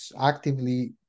actively